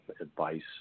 advice